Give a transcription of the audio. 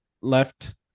left